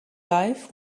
life